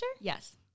Yes